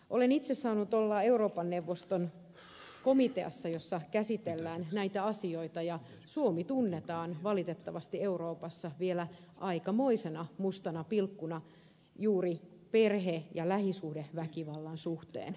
olen itse saanut olla euroopan neuvoston komiteassa jossa käsitellään näitä asioita ja suomi tunnetaan valitettavasti euroopassa vielä aikamoisena mustana pilkkuna juuri perhe ja lähisuhdeväkivallan suhteen